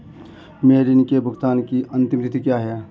मेरे ऋण के भुगतान की अंतिम तिथि क्या है?